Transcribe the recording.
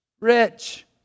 Rich